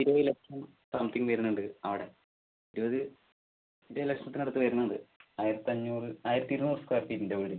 ഇരുപത് ലക്ഷം സംത്തിംഗ് വരുന്നുണ്ട് അവിടെ ഇരുപത് ഇരുപത് ലക്ഷത്തിന് അടുത്ത് വരുന്നുണ്ട് ആയിരത്തിയഞ്ഞൂറ് ആയിരത്തി ഇരുനൂറ് സ്ക്വയർ ഫീറ്റിന്റെ വീടിന്